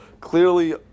clearly